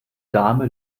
dame